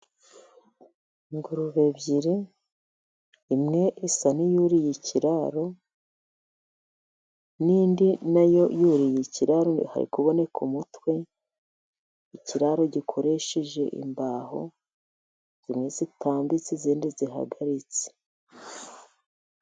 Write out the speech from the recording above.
Ingurube ebyiri imwe isa n'iyuriye ikiraro n'indi na yo yuriye ikiraro hari kuboneka umutwe. Ikiraro gikoresheje imbaho zimwe zitambitse, izindi zihagaritse.